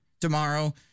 tomorrow